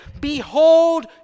behold